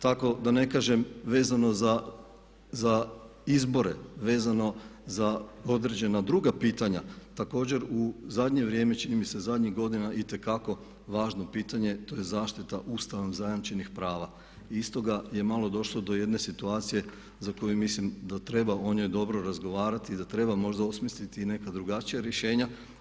Tako da ne kažem vezano za izbore, vezano za određena druga pitanja, također u zadnje vrijeme, čini mi se, zadnjih godina itekako važno pitanje, to je zaštita Ustavom zajamčenih prava i iz toga je malo došlo do jedne situacije za koju mislim da treba o njoj dobro razgovarati i da treba možda osmisliti i neka drugačija rješenja.